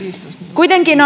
kuitenkin